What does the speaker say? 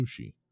sushi